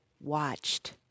watched